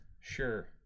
Sure